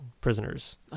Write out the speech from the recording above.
Prisoners